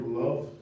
love